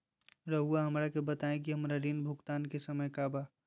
रहुआ हमरा के बताइं कि हमरा ऋण भुगतान के समय का बा?